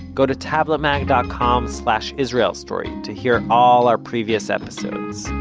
go to tabletmag dot com slash israel story to hear all our previous episodes.